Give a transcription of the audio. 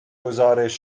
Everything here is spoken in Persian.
گزارش